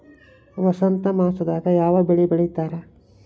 ವಸಂತ ಮಾಸದಾಗ್ ಯಾವ ಬೆಳಿ ಬೆಳಿತಾರ?